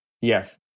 yes